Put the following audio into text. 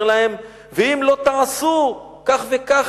אומר להם: ואם לא תעשו כך וכך,